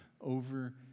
over